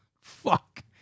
Fuck